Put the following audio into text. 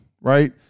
right